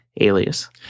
Alias